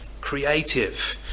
creative